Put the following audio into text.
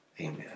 amen